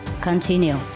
continue